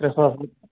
ترٛےٚ ساس رۄپ